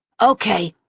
okay,